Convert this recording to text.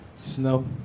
Snow